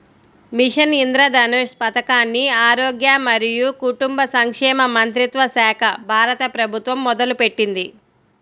machine Indradhanush పథకాన్ని ఆరోగ్య మరియు కుటుంబ సంక్షేమ మంత్రిత్వశాఖ, భారత ప్రభుత్వం మొదలుపెట్టింది